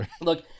Look